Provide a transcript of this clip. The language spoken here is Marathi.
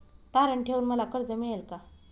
तारण ठेवून मला कर्ज मिळेल का?